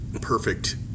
perfect